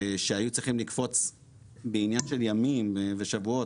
שהיו צריכים לקפוץ בעניין של ימים ושבועות